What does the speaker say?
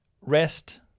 rest